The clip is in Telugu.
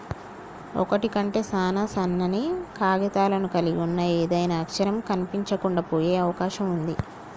ఒకటి కంటే సాన సన్నని కాగితాలను కలిగి ఉన్న ఏదైనా అక్షరం కనిపించకుండా పోయే అవకాశం ఉంది